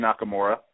Nakamura